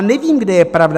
Nevím, kde je pravda.